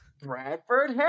Bradford